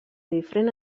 diferent